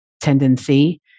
tendency